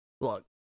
Look